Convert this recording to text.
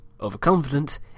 overconfident